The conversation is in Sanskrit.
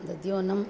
दध्योन्नम्